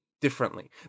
differently